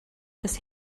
des